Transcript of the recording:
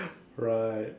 right